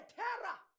terror